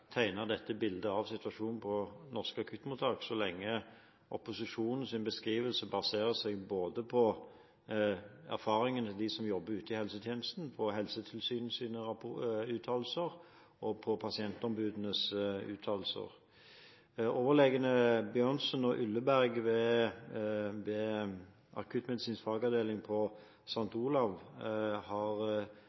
dette bildet av situasjonen på norske akuttmottak, så lenge opposisjonens beskrivelse baserer seg både på erfaringene fra dem som jobber ute i helsetjenesten og Helsetilsynets uttalelser og på pasientombudenes uttalelser. Overlegene Bjørnsen og Uleberg ved akuttmedisinsk fagavdeling på St. Olavs Hospital har